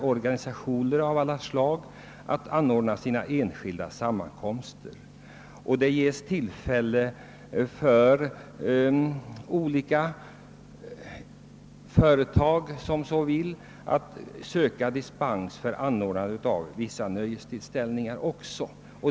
Organisationer av alla slag har nämligen möjlighet att anordna enskilda sammankomster, och andra arrangörer har tillfälle att söka dispens för anordnande av vissa nöjestillställningar.